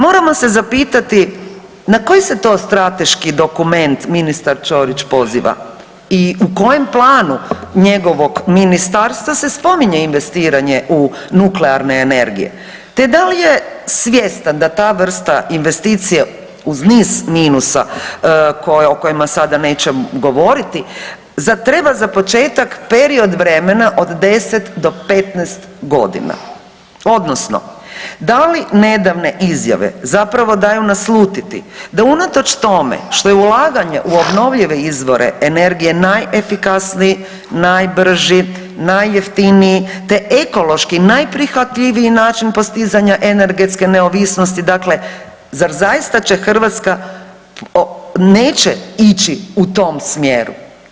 Moramo se zapitati na koji se to strateški dokument ministar Ćorić poziva i u kojem planu njegovog ministarstva se spominje investiranje u nuklearne energije te da li je svjestan da ta vrsta investicije uz niz minusa o kojima sada neće govoriti zar treba za početak period vremena od 10 do 15 godina odnosno da li nedavne izjave zapravo daju naslutiti da unatoč tome što je ulaganje u obnovljive izvore energije najefikasniji, najbrži, najjeftiniji te ekološki najprihvatljiviji način postizanja energetske neovisnosti dakle zar zaista će Hrvatska neće ići u tom smjeru?